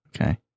Okay